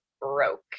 broke